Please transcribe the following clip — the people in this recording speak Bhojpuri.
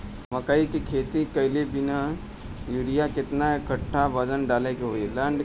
मकई के खेती कैले बनी यूरिया केतना कट्ठावजन डाले के होई?